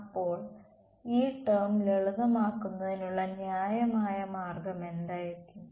അപ്പോൾ ഈ ടേo ലളിതമാക്കുന്നതിനുള്ള ന്യായമായ മാർഗം എന്തായിരിക്കും